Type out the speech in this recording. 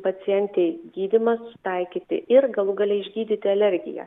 pacientei gydymą sutaikyti ir galų gale išgydyti alergiją